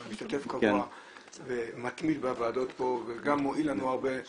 משתתף קבוע ומתמיד בוועדות פה וגם מועיל לנו הרבה,